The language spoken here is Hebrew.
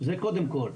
זה קודם כל.